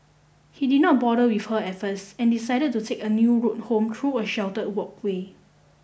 he did not bother with her at first and decided to take a new route home through a sheltered walkway